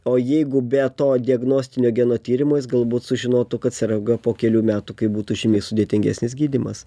o jeigu be to diagnostinio geno tyrimo jis galbūt sužinotų kad serga po kelių metų kai būtų žymiai sudėtingesnis gydymas